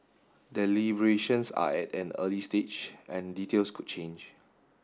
deliberations are at an early stage and details could change